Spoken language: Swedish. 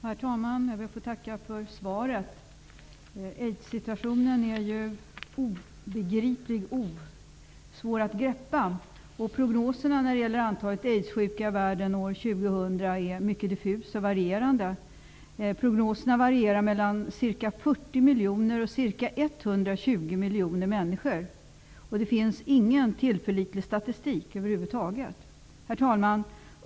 Herr talman! Jag ber att få tacka för svaret. Det är svårt att få en uppfattning om aidssituationen. Prognoserna när det gäller antalet aidssjuka i världen år 2000 är mycket diffusa och varierande. Prognoserna varierar mellan ca 40 miljoner och ca 120 miljoner människor. Det finns över huvud taget ingen tillförlitlig statistik. Herr talman!